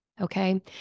Okay